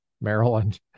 maryland